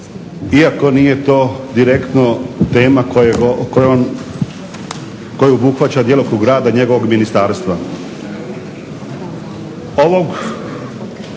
iako nije to direktno tema koju obuhvaća djelokrug rada njegovog ministarstva.